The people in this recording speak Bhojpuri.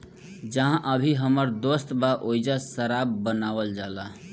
जाहा अभी हमर दोस्त बा ओइजा शराब बनावल जाला